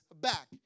back